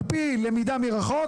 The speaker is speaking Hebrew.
על פי למידה מרחוק?